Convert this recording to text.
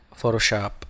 Photoshop